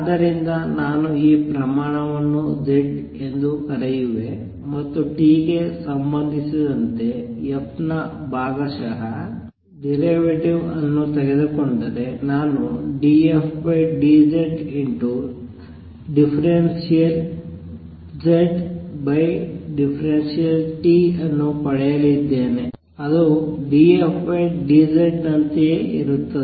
ಆದ್ದರಿಂದ ನಾನು ಈ ಪ್ರಮಾಣವನ್ನು z ಎಂದು ಕರೆಯುವೆ ಮತ್ತು t ಗೆ ಸಂಬಂಧಿಸಿದಂತೆ f ನ ಭಾಗಶಃ ಡಿರವೇಟಿವ್ ಅನ್ನು ತೆಗೆದುಕೊಂಡರೆ ನಾನು dfdz∂z∂t ಅನ್ನು ಪಡೆಯಲಿದ್ದೇನೆ ಅದು dfdz ನಂತೆಯೇ ಇರುತ್ತದೆ